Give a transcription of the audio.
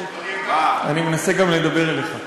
אני מנסה גם לדבר אליך.